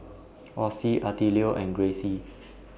Ossie Attilio and Grayce